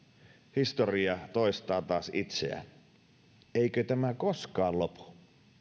historia toistaa taas itseään eikö tämä koskaan lopu